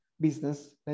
business